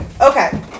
Okay